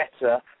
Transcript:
better